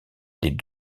les